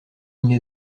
n’est